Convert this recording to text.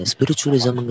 Spiritualism